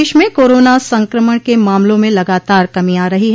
प्रदेश में कोरोना संक्रमण के मामलों में लगातार कमी आ रही है